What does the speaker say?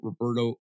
Roberto